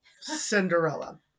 Cinderella